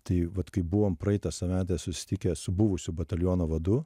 tai vat kai buvom praeitą savaitę susitikę su buvusiu bataliono vadu